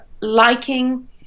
liking